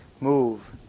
Move